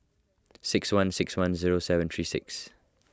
six one six one zero seven three six